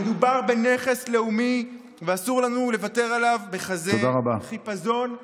מי כתב לך את